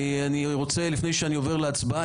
ולפני שאני עובר להצבעה,